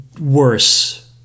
worse